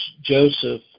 Joseph